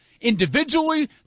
individually